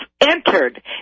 entered